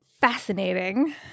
Fascinating